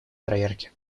проверки